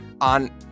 on